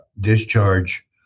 discharge